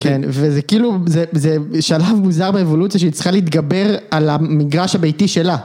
כן וזה כאילו זה זה שלב מוזר באבולוציה שהיא צריכה להתגבר על המגרש הביתי שלה.